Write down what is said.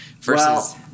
Versus